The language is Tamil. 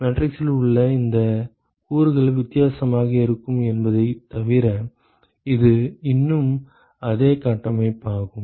மேட்ரிக்ஸில் உள்ள இந்த கூறுகள் வித்தியாசமாக இருக்கும் என்பதைத் தவிர இது இன்னும் அதே கட்டமைப்பாகும்